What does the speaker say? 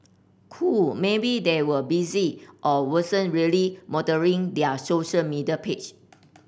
cool maybe they were busy or wasn't really monitoring their social media page